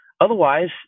Otherwise